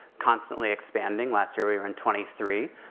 constantly expanding, last year, we were in twenty three,